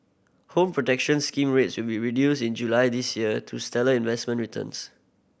Home Protection Scheme rates will be reduced in July this year to stellar investment returns